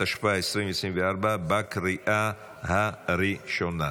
התשפ"ה 2024, בקריאה הראשונה.